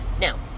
Now